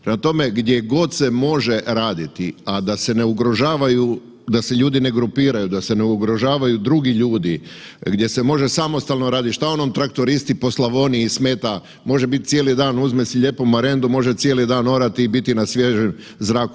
Prema tome, gdje god se može raditi, a da se ne ugrožavaju, da se ljudi ne grupiraju da se ne ugrožavaju drugi ljudi, gdje se može samostalno raditi, šta onom traktoristi po Slavoniji smeta može biti cijeli dan, uzme si lijepo marendu može cijeli dan orati i biti na svježem zraku.